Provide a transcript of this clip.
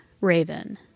Raven